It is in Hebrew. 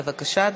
בבקשה,